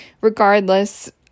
regardless